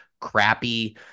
crappy